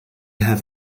have